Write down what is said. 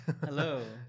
Hello